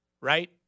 right